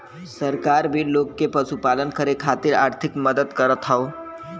सरकार भी लोग के पशुपालन करे खातिर आर्थिक मदद करत हौ